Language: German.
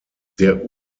der